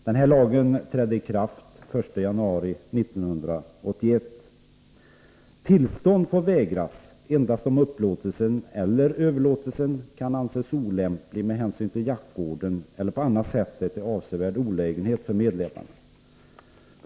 Denna lag trädde i kraft den 1 januari 1981. Tillstånd får vägras endast om upplåtelsen eller överlåtelsen kan anses olämplig med hänsyn till jaktvården eller på annat sätt är till avsevärd olägenhet för medlemmarna.